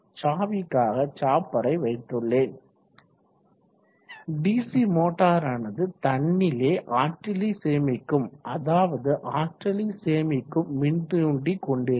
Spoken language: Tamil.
சாவிக்காக சாப்பரை வைத்துள்ளேன் டிசி மோட்டாரானது தன்னிலே ஆற்றலை சேமிக்கும் அதாவது ஆற்றலை சேமிக்கும் மின்தூண்டி கொண்டிருக்கும்